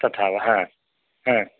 तथा वा ह ह